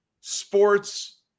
sports